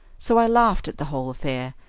so i laughed at the whole affair,